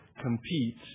compete